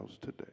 today